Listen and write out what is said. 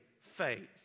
faith